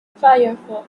firefox